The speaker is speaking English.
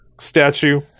statue